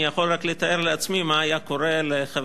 אני יכול רק לתאר לעצמי מה היה קורה לחברינו